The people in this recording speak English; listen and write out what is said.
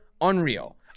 unreal